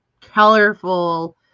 colorful